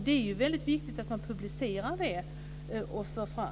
Det är viktigt att resultatet publiceras och förs fram.